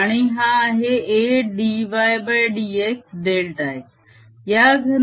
आणि हा आहे A dydxडेल्टा x